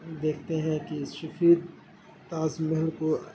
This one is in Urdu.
دیکھتے ہیں کہ سفید تاج محل کو